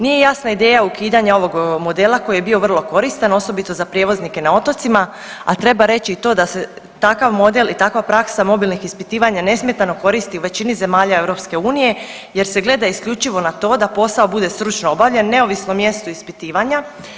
Nije jasna ideja ukidanja ovog modela koji je bio vrlo koristan, osobito za prijevoznike na otocima, a treba reći i to da se takav model i takva praksa mobilnih ispitivanja nesmetano koristi u većini zemalja EU jer se gleda isključivo na to da posao bude stručno obavljen, neovisno o mjestu ispitivanja.